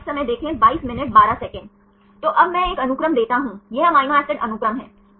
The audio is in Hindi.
तो अब मैं एक अनुक्रम देता हूं यह अमीनो एसिड अनुक्रम है